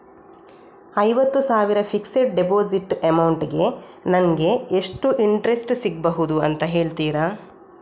ಐವತ್ತು ಸಾವಿರ fixed deposit amount ಗೆ ನಂಗೆ ಎಷ್ಟು ಇಂಟ್ರೆಸ್ಟ್ ಸಿಗ್ಬಹುದು ಅಂತ ಹೇಳ್ತೀರಾ?